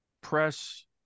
press